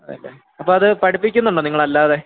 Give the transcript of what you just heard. അതെയല്ലേ അപ്പോൾ അത് പഠിപ്പിക്കുന്നുണ്ടോ നിങ്ങൾ അല്ലാതെ